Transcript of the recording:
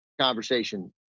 conversation